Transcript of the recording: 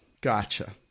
Gotcha